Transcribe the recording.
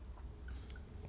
semua tengah tidur kan